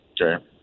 Okay